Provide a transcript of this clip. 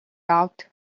out